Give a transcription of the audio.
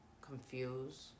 Confused